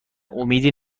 امیدی